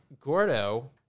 Gordo